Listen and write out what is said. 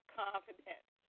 confidence